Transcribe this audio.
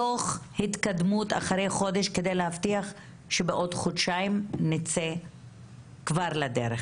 דוח התקדמות אחרי חודש כדי להבטיח שבעוד חודשיים נצא כבר לדרך